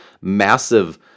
massive